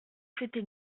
c’était